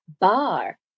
bar